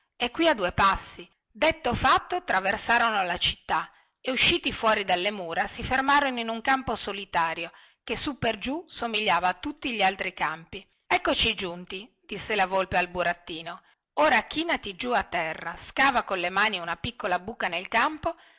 è qui a due passi detto fatto traversarono la città e usciti fuori dalle mura si fermarono in un campo solitario che su per giù somigliava a tutti gli altri campi eccoci giunti disse la volpe al burattino ora chinati giù a terra scava con le mani una piccola buca nel campo